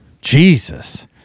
Jesus